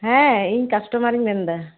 ᱦᱮᱸ ᱤᱧ ᱠᱟᱥᱴᱚᱢᱟᱨᱤᱧ ᱢᱮᱱᱮᱫᱟ